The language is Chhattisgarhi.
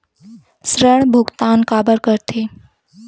ऋण भुक्तान काबर कर थे?